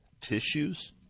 tissues